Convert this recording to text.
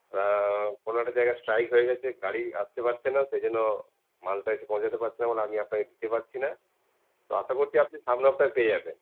হ্যাঁ কোন একটা জায়গায় স্ট্রাইক হয়ে গেছে গাড়ি আসতে পারছেনা সেই জন্য মালটা এসে পৌঁছতে পারছেনা বলে আমি আপনাকে দিতে পারছিনা তো আশা করছি আপনি সামনের সপ্তাহে পেয়ে যাবেন